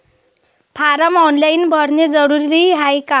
Form online भरने जरुरीचे हाय का?